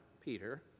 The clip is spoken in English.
Peter